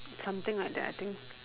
something like that I think